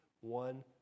one